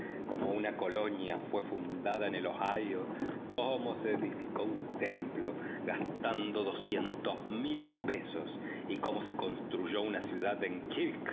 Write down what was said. cómo una colonia fue fundada en el ohio cómo se edificó un templo gastando doscientos mil dólares y cómo se construyó una ciudad en